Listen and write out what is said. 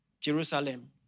Jerusalem